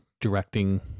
directing